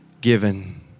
given